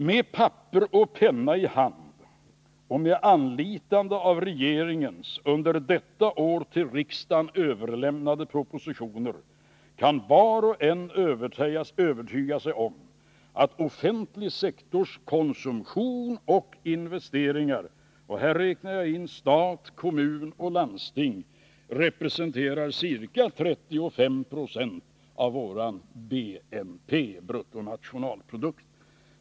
Med papper och penna i hand och med anlitande av regeringens under detta år till riksdagen överlämnade propositioner kan var och en övertyga sig om att offentlig sektors konsumtion och investeringar — och här räknar jag in stat, kommuner och landsting — representerar ca 35 90 av vår BNP.